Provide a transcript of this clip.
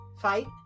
fight